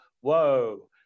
whoa